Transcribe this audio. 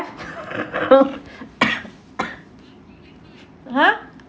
!huh!